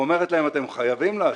ואומרת להם: אתם חייבים לעשות,